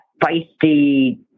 feisty